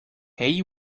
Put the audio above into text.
hay